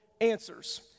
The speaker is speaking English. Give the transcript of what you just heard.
answers